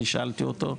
אני שאלתי אותו.